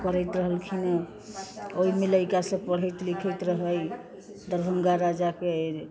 करैत रहलखिन हँ ओहिमे लैड़का सब पढ़ैत लिखैत रहलै दरभंगा राजा के